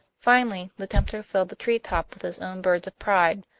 finally, the tempter filled the tree-top with his own birds of pride,